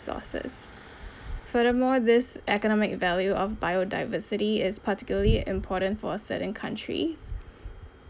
resources furthermore this economic value of biodiversity is particularly important for certain countries